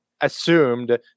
assumed